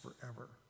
forever